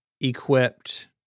equipped